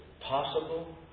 possible